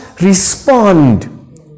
respond